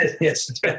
Yes